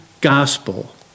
gospel